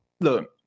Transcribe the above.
look